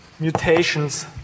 Mutations